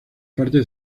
parte